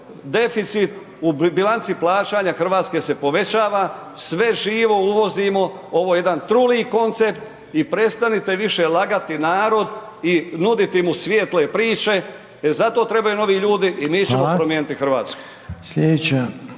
deficit u bilanci plaćanja RH se povećava, sve živo uvozimo, ovo je jedan truli koncept i prestanite više lagati narod i nuditi mu svijetle priče. E zato trebaju novi ljudi…/Upadica: Hvala/…i mi ćemo promijeniti RH.